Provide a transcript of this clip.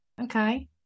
Okay